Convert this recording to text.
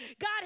God